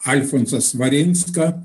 alfonsą svarinską